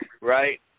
right